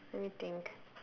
let me think